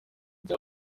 bya